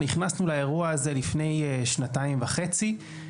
נכנסנו לאירוע הזה לפני שנתיים וחצי,